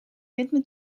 ritme